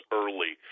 early